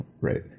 right